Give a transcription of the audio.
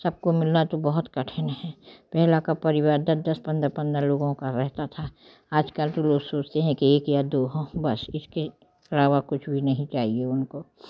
सबको मिलना तो बहुत कठिन है पहला का परिवार दस दस पंद्रह पंद्रह लोगों का रहता था आज कल लोग सोचते है कि एक या दो हो बस इसके अलावा कुछ भी नहीं चाहिए उनको